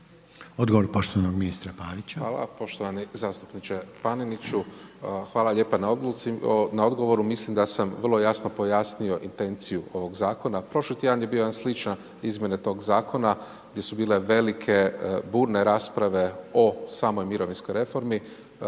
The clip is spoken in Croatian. Odgovor poštovanog ministra Pavića. **Pavić, Marko (HDZ)** Hvala poštovani zastupniče Paneniću, hvala lijepo na odgovoru, mislim da sam vrlo jasno pojasnio intenciju ovog zakona. Prošli tjedan je bio jedan sličan izmjena tog zakona gdje su bile velike, burne rasprave o samoj mirovinskoj reformi,